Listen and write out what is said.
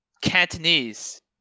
Cantonese